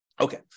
Okay